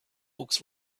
books